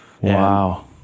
Wow